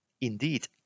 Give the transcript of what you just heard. Indeed